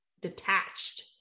detached